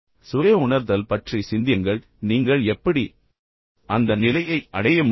சுய உணர்தல் பற்றி சிந்தியுங்கள் நீங்கள் எப்படி அந்த நிலையை அடைய முடியும்